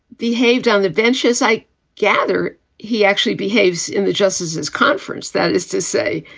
behaved on the benches. i gather he actually behaves in the justices conference. that is to say,